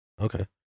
Okay